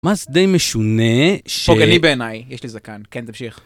מס זה די משונה ש... פוגעני בעיניי, יש לי זקן, כן תמשיך.